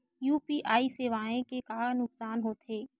UPI सेवाएं के का नुकसान हो थे?